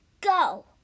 go